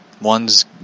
One's